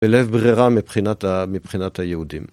בלית ברירה מבחינת ה... מבחינת היהודים.